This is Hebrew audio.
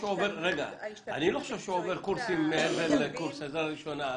אני לא חושב שהוא עובר קורסים מעבר לקורס עזרה ראשונה.